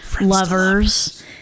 lovers